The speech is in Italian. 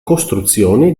costruzione